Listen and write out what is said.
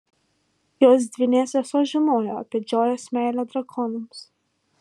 jos dvynė sesuo žinojo apie džojos meilę drakonams